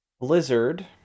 Blizzard